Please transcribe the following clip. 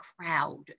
crowd